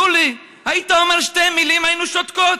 אמרו לי: היית אומר שתי מילים, היינו שותקות.